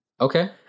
Okay